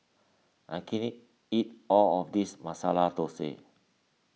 I can't eat all of this Masala Thosai